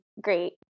Great